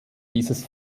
dieses